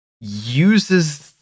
uses